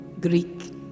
Greek